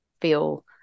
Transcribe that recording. feel